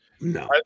No